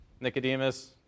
Nicodemus